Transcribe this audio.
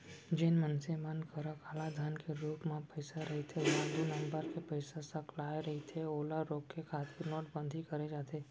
जेन मनसे मन करा कालाधन के रुप म पइसा रहिथे या दू नंबर के पइसा सकलाय रहिथे ओला रोके खातिर नोटबंदी करे जाथे